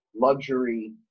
luxury